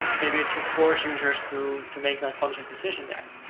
maybe it should force users to to make that conscious decision there.